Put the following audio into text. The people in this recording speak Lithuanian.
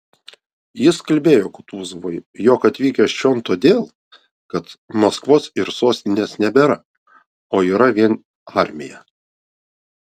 jis kalbėjo kutuzovui jog atvykęs čion todėl kad maskvos ir sostinės nebėra o yra vien armija